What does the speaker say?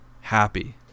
happy